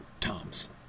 Tom's